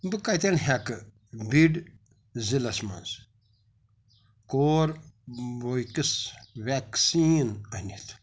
بہٕ کَتٮ۪ن ہٮ۪کہٕ بِڈ ضلعس مَنٛز کوربوییٚکٕس وٮ۪کسیٖن أنِتھ